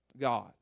God